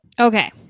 okay